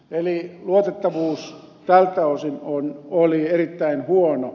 eli luotettavuus tältä osin oli erittäin huono